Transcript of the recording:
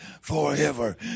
forever